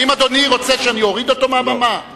האם אדוני רוצה שאני אוריד אותו מהבמה?